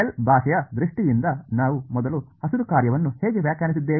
L ಭಾಷೆಯ ದೃಷ್ಟಿಯಿಂದ ನಾವು ಮೊದಲು ಹಸಿರು ಕಾರ್ಯವನ್ನು ಹೇಗೆ ವ್ಯಾಖ್ಯಾನಿಸಿದ್ದೇವೆ